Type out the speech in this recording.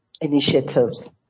initiatives